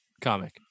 comic